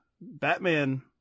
Batman